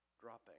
dropping